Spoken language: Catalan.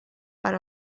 per